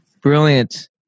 brilliant